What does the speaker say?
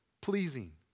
pleasing